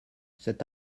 cet